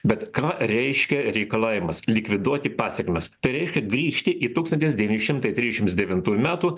bet ką reiškia reikalavimas likviduoti pasekmes tai reiškia grįžti į tūkstantis devyni šimtai trisdešimt devintų metų